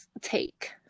take